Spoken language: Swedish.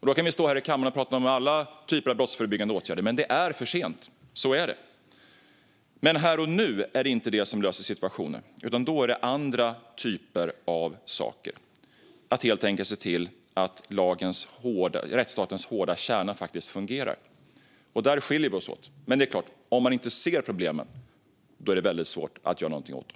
Då kan vi stå här i kammaren och prata om alla typer av brottsförebyggande åtgärder, men det är för sent. Så är det. Här och nu är det dock inte det som löser situationen, utan det är andra typer av saker, att helt enkelt se till att rättsstatens hårda kärna fungerar. Där skiljer vi oss åt. Men det är klart att om man inte ser problemen är det väldigt svårt att göra något åt dem.